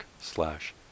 slash